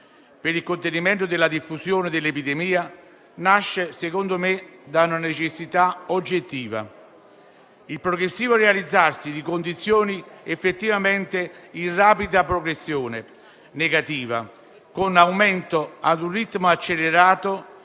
per il contenimento della diffusione dell'epidemia, nasce, secondo me, da una necessità oggettiva: il progressivo realizzarsi di condizioni effettivamente in rapida progressione negativa, con aumento ad un ritmo accelerato